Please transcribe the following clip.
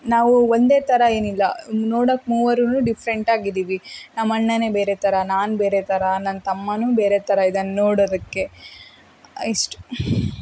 ನಾವು ಒಂದೇ ಥರ ಏನು ಇಲ್ಲ ನೋಡೋಕೆ ಮೂವರೂ ಡಿಫ್ರೆಂಟಾಗಿ ಇದ್ದೀವಿ ನಮ್ಮಣ್ಣನೇ ಬೇರೆ ಥರ ನಾನು ಬೇರೆ ಥರ ನನ್ನ ತಮ್ಮನು ಬೇರೆ ಥರ ಇದ್ದಾನೆ ನೋಡೋದಕ್ಕೆ ಇಷ್ಟು